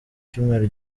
cyumweru